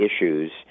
issues